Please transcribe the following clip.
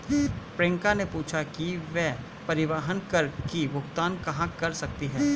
प्रियंका ने पूछा कि वह परिवहन कर की भुगतान कहाँ कर सकती है?